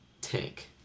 Tank